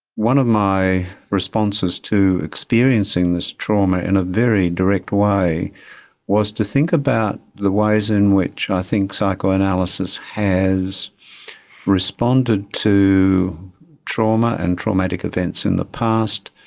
one of my responses to experiencing this trauma in a very direct way was to think about the ways in which i think psychoanalysis has responded to trauma and traumatic events in the past,